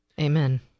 Amen